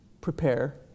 prepare